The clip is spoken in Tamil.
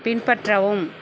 பின்பற்றவும்